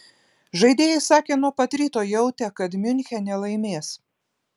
žaidėjai sakė nuo pat ryto jautę kad miunchene laimės